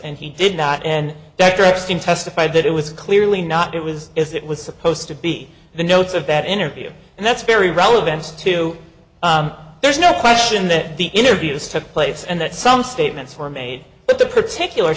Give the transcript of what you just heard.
and he did not and dr epstein testified that it was clearly not it was is it was supposed to be the notes of that interview and that's very relevant to there's no question that the interviews took place and that some statements were made but the particular